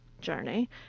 journey